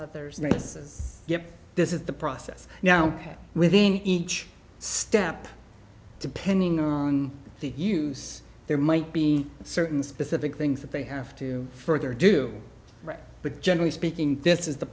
others notices this is the process now within each step depending on the use there might be certain specific things that they have to further do but generally speaking this is the